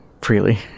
freely